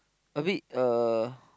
a bit uh